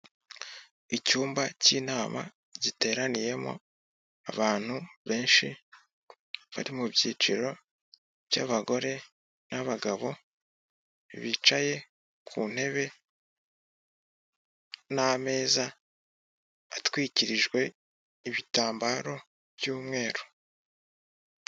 Icyumba cy'inama giteraniyemo abantu benshi, bari mu byiciro by'abagore n'abagabo, bicaye ku ntebe n'ameza atwikirijwe ibitambaro by'umweru.